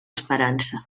esperança